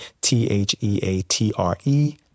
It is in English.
t-h-e-a-t-r-e